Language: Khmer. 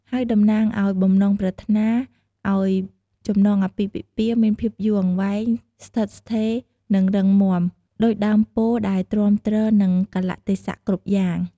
ហើយតំណាងឱ្យ បំណងប្រាថ្នាឱ្យចំណងអាពាហ៍ពិពាហ៍មានភាពយូរអង្វែង ឋិតថេរ និងរឹងមាំ ដូចដើមពោធិ៍ដែលទ្រាំទ្រនឹងកាលៈទេសៈគ្រប់យ៉ាង។